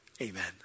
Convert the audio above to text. Amen